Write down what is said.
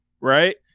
right